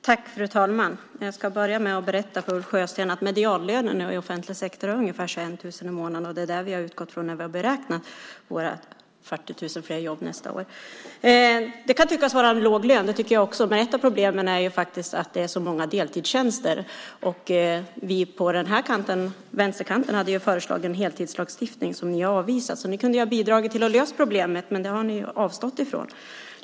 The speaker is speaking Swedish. Fru talman! Jag ska börja med att berätta för Ulf Sjösten att medianlönen i offentlig sektor är ungefär 21 000 i månaden. Det är det vi har utgått från när vi har beräknat våra 40 000 fler jobb nästa år. Det kan tyckas vara en låg lön. Det tycker jag också. Men ett av problemen är att det är så många deltidstjänster. Vi på vänsterkanten hade föreslagit en heltidslagstiftning som ni har avvisat. Så ni kunde ju ha bidragit till att lösa problemet, men det har ni avstått från.